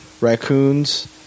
raccoons